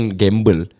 gamble